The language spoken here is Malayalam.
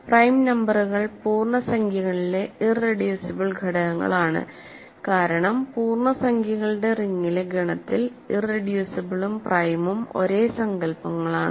പ്രൈം നമ്പറുകൾ പൂർണ്ണസംഖ്യകളിലെ ഇറെഡ്യൂസിബിൾ ഘടകങ്ങളാണ് കാരണം പൂർണ്ണസംഖ്യകളുടെ റിങ്ങിലെ ഗണത്തിൽ ഇറെഡ്യൂസിബിളും പ്രൈമും ഒരേ സങ്കൽപ്പങ്ങളാണ്